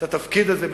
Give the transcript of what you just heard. את התפקיד הזה,